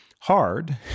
Hard